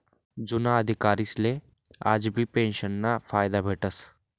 जुना अधिकारीसले आजबी पेंशनना फायदा भेटस